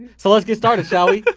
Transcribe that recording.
so let's get started, shall we?